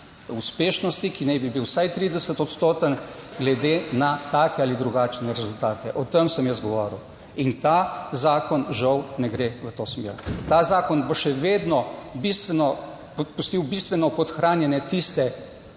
ki naj bi bil vsaj 30 odstoten, glede na take ali drugačne rezultate. O tem sem jaz govoril in ta zakon žal ne gre v to smer. Ta zakon bo še vedno bistveno pustil bistveno podhranjene tiste